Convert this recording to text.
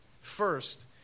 First